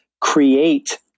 create